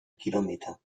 kilometer